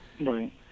Right